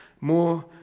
more